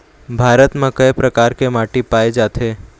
भारत म कय प्रकार के माटी पाए जाथे?